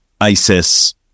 ISIS